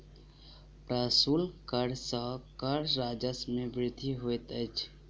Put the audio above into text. प्रशुल्क कर सॅ कर राजस्व मे वृद्धि होइत अछि